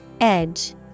Edge